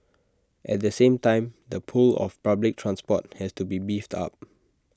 at the same time the pull of public transport has to be beefed up